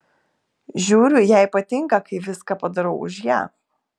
žiūriu jai patinka kai viską padarau už ją